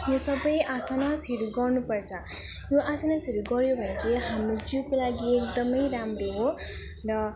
यो सब आसनहरू गर्नु पर्छ यो आसनहरू गऱ्यो भने चाहिँ हाम्रो जिउको लागि एकदम राम्रो हो र